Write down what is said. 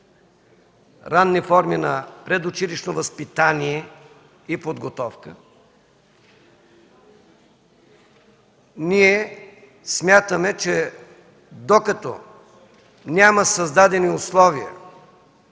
ранни форми на предучилищно възпитание и подготовка, ние смятаме, че докато няма създадени условия